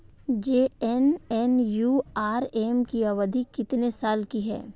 JNNURM की अवधि कितने साल की है?